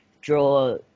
draw